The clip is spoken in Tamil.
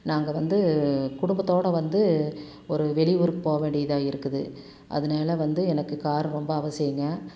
நாங்கள் வந்து குடும்பத்தோடு வந்து ஒரு வெளியூருக்கு போக வேண்டியதாக இருக்குது அதனால வந்து எனக்கு கார் ரொம்ப அவசியம்ங்க